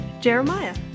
Jeremiah